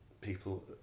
people